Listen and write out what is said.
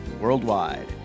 worldwide